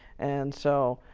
and so,